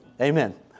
Amen